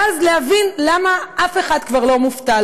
ואז להבין למה אף אחד כבר לא מופתע,